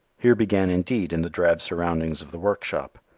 here began indeed, in the drab surroundings of the workshop,